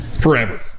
Forever